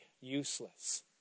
useless